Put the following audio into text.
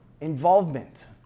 Involvement